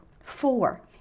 Four